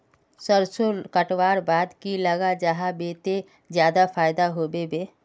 सरसों कटवार बाद की लगा जाहा बे ते ज्यादा फायदा होबे बे?